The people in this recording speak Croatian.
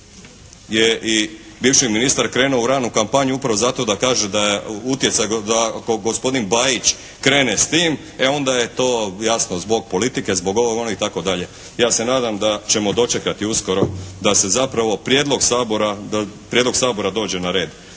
i bivši ministar krenuo u ranu kampanju upravo zato da kaže da je utjecaj, da ako gospodin Bajić krene s tim e onda je to jasno zbog politike, zbog ovog, onog i tako dalje. Ja se nadam da ćemo dočekati uskoro da se zapravo prijedlog Sabora, da